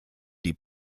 die